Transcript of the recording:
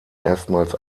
erstmals